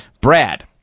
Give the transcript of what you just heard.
brad